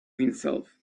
himself